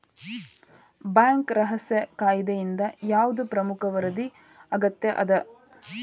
Bank ರಹಸ್ಯ ಕಾಯಿದೆಯಿಂದ ಯಾವ್ದ್ ಪ್ರಮುಖ ವರದಿ ಅಗತ್ಯ ಅದ?